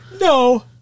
No